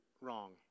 wrong